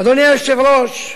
אדוני היושב-ראש,